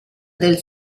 del